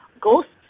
ghosts